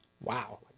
wow